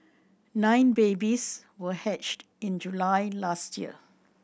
nine babies were hatched in July last year